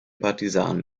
partisanen